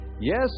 Yes